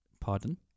Pardon